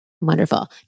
Wonderful